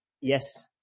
yes